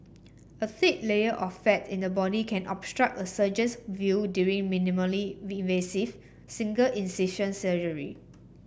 a thick layer of fat in the body can obstruct a surgeon's view during minimally invasive single incision surgery